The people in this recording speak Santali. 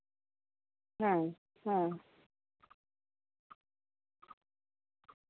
ᱦᱮᱸ ᱦᱮᱸ